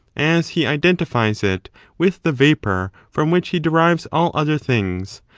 as he identifies it with the vapour from which he derives all other things,